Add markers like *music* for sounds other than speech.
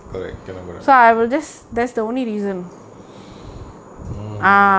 correct cannot go there *breath* mm